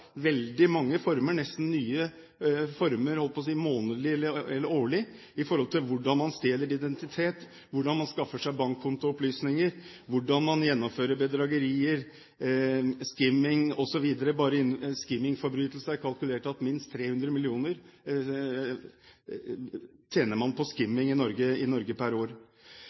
veldig mange former – og nye former nesten månedlig eller årlig – med tanke på hvordan man stjeler identitet, hvordan man skaffer seg bankkontoopplysninger, hvordan man gjennomfører bedragerier, skimming osv. Bare når det gjelder skimmingforbrytelser, har man kalkulert at man tjener minst 300 mill. kr i Norge per år.